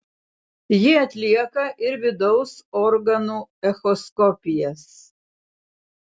ji atlieka ir vidaus organų echoskopijas